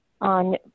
on